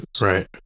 Right